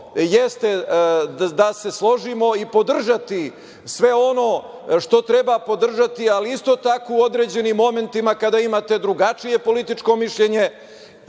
jeste da se složimo i podržati sve ono što treba podržati, ali isto tako u određenim momentima kada imate drugačije političko mišljenje